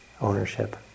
ownership